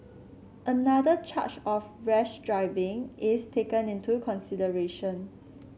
another charge of rash driving is taken into consideration